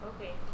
Okay